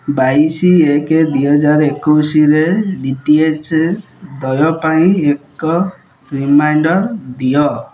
ବାଇଶ ଏକ ଦୁଇହଜାର ଏକୋଇଶରେ ଡି ଟି ଏଚ୍ ଦେୟ ପାଇଁ ଏକ ରିମାଇଣ୍ଡର୍ ଦିଅ